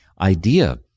idea